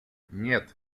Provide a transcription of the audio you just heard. нет